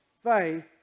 Faith